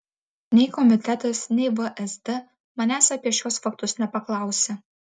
nei komitetas nei vsd manęs apie šiuos faktus nepaklausė